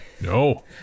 No